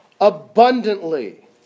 abundantly